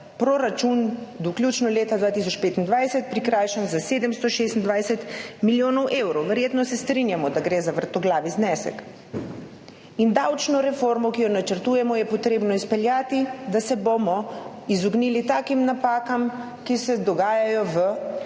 proračun do vključno leta 2025 prikrajšan za 726 milijonov evrov. Verjetno se strinjamo, da gre za vrtoglavi znesek. Davčno reformo, ki jo načrtujemo, je potrebno izpeljati, da se bomo izognili takim napakam, kot se dogajajo v